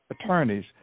attorneys